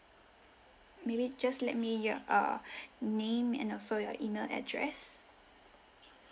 maybe just let me your uh name and also your email address